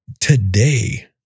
today